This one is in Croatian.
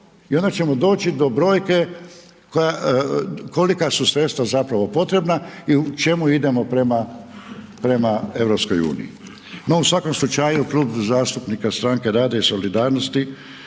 i onda ćemo doći do brojke kolika su sredstva zapravo potrebna u čemu idemo prema EU-u. No u svakom slučaju, Klub zastupnika Stranke rada i solidarnosti